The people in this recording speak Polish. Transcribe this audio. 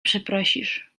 przeprosisz